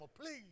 please